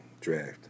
draft